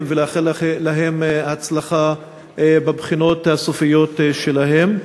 ולאחל להם הצלחה בבחינות הסופיות שלהם.